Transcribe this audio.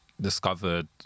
discovered